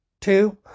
two